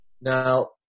Now